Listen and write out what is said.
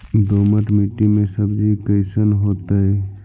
दोमट मट्टी में सब्जी कैसन होतै?